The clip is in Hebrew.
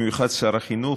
במיוחד שר החינוך,